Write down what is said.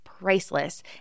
priceless